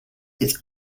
its